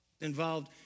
involved